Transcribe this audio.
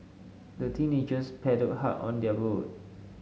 the teenagers paddled hard on their boat